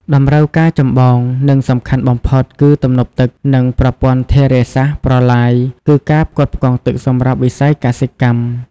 តម្រូវការចម្បង និងសំខាន់បំផុតនៃទំនប់ទឹក និងប្រព័ន្ធធារាសាស្ត្រ-ប្រឡាយគឺការផ្គត់ផ្គង់ទឹកសម្រាប់វិស័យកសិកម្ម។